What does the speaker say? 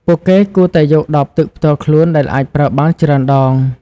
ពួកគេគួរតែយកដបទឹកផ្ទាល់ខ្លួនដែលអាចប្រើបានច្រើនដង។